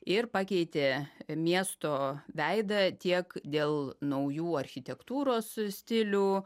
ir pakeitė miesto veidą tiek dėl naujų architektūros stilių